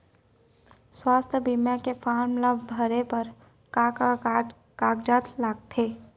स्वास्थ्य बीमा के फॉर्म ल भरे बर का का कागजात ह लगथे?